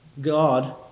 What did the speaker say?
God